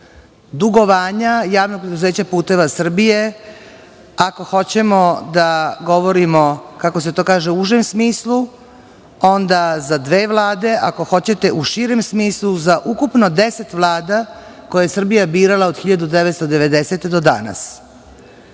dugovanja JP "Putevi Srbije".Ako hoćemo da govorimo, kako se to kaže, u užem smislu, onda za dve vlade, a ako hoćete u širem smislu, za ukupno 10 vlada koje je Srbija birala od 1990. godine